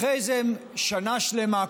אחרי זה הם שנה שלמה,